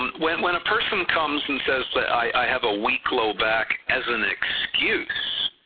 when when a person comes and says i have a weak low back as an excuse,